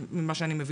ממה שאני מבינה.